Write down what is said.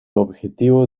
objetivo